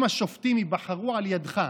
אם השופטים ייבחרו על ידך,